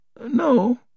No